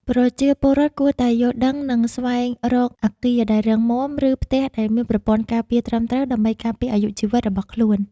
ប្រជាពលរដ្ឋគួរតែយល់ដឹង និងស្វែងរកអគារដែលរឹងមាំ ឬផ្ទះដែលមានប្រព័ន្ធការពារត្រឹមត្រូវដើម្បីការពារអាយុជីវិតរបស់ខ្លួន។